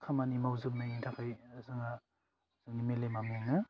खामानि मावजोबनायनि थाखाय जोङा जोंनि मेलेमा मेङो